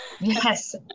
Yes